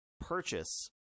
purchase